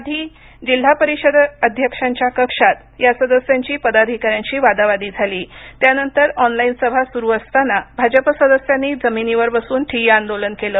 आधी जिल्हा परिषद अध्यक्षांच्या कक्षात या सदस्यांची पदाधिकाऱ्यांशी वादावादी झाली त्यानंतर ऑनलाईन सभा सुरु असताना भाजप सदस्यांनी जमिनीवर बसून ठिय्या आंदोलन केलं